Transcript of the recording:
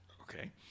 Okay